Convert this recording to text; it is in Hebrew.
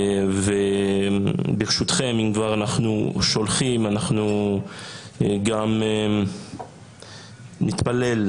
ברשותכם, אם כבר אנחנו שולחים, אנחנו גם נתפלל,